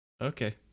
Okay